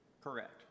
Correct